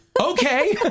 Okay